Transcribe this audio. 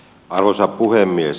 arvoisa puhemies